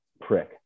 prick